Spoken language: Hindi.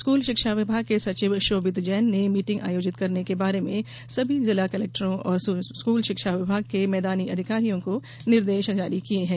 स्कूल शिक्षा विभाग के सचिव शोभित जैन ने मीटिंग आयोजित करने के बारे में सभी जिला कलेक्टरों और स्कूल शिक्षा विभाग के मैदानी अधिकारियों को निर्देश जारी किये हैं